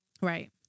right